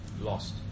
lost